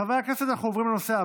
אם כך, חברי הכנסת, אנחנו נעבור להצבעה.